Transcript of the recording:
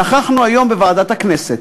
נכחנו היום בוועדת הכנסת,